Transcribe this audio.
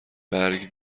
برگ